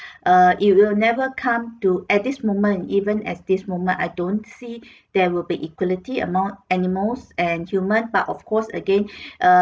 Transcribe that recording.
err it will never come to at this moment even as this moment I don't see there will be equality among animals and human but of course again uh